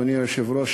אדוני היושב-ראש,